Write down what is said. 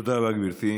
תודה רבה, גברתי.